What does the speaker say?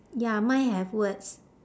ya mine have words